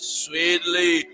sweetly